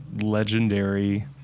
legendary